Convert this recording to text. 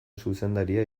zuzendaria